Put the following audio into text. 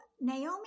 Naomi